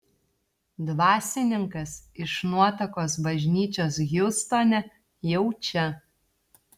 dvasininkas iš nuotakos bažnyčios hjustone jau čia